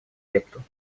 лепту